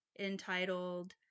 entitled